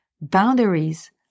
boundaries